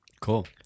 Cool